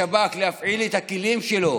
לשב"כ להפעיל את הכלים שלו